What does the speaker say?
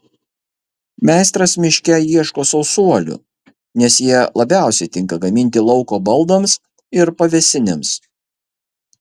meistras miške ieško sausuolių nes jie labiausiai tinka gaminti lauko baldams ir pavėsinėms